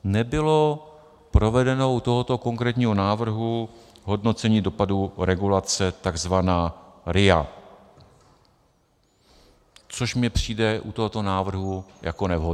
Nebylo provedeno u tohoto konkrétního návrhu hodnocení dopadů regulace, takzvaná RIA, což mi přijde u tohoto návrhu jako nevhodné.